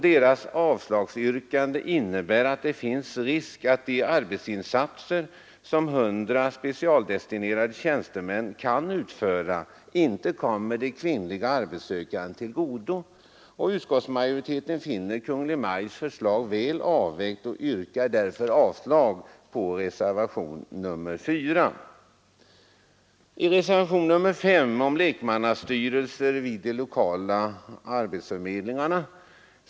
Deras avslagsyrkande innebär att det finns risk för att de arbetsinsatser som specialrutinerade tjänstemän kan utföra inte kommer de kvinnliga arbetssökandena till godo. Utskottsmajoriteten finner Kungl. Maj:ts förslag väl avvägt. Jag yrkar därför avslag på reservationen 4. Reservationen 5 gäller lekmannastyrelser vid de lokala arbetsförmedlingarna.